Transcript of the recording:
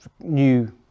new